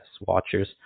watchers